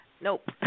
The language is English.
Nope